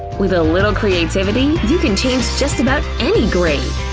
with a little creativity, you can change just about any grade!